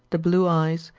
the blue eyes,